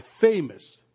famous